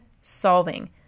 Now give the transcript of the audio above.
solving